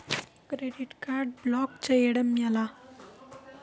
Credit card block చేయడం ఎలా?